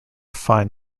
fine